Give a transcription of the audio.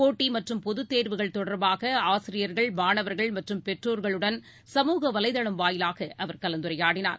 போட்டமற்றும் பொதுத் தேர்வுகள் தொடர்பாக மாணவர்கள் மற்றும் பெற்றோர்களுடன் சமூக வலைதளம் வாயிலாகஅவர் கலந்துரையாடினார்